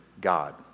God